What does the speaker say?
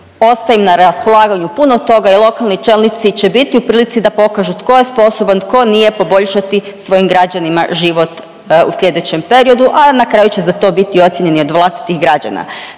Ostaje im na raspolaganju puno toga i lokalni čelnici će biti u prilici da pokažu tko je sposoban, tko nije poboljšati svojim građanima život u slijedećem periodu, a na kraju će za to biti ocijenjeni od vlastitih građana.